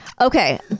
Okay